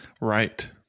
Right